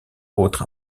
autres